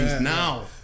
now